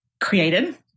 created